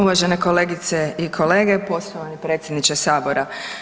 Uvažene kolegice i kolege, poštovani predsjedniče sabora.